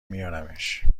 میارمش